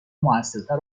موثرتر